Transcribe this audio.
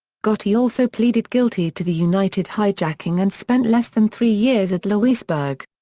gotti also pleaded guilty to the united hijacking and spent less than three years at lewisburg.